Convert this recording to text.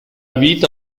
vita